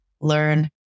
learn